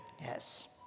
Yes